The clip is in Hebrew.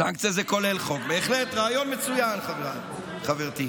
סנקציה זה כולל חוק, בהחלט רעיון מצוין, חברתי.